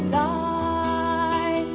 die